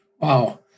Wow